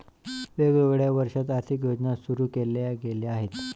वेगवेगळ्या वर्षांत आर्थिक योजना सुरू केल्या गेल्या आहेत